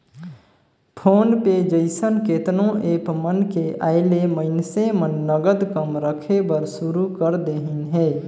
phone पे जइसन केतनो app मन के आयले मइनसे मन नगद कम रखे बर सुरू कर देहिन हे